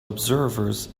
observers